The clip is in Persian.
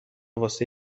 واسه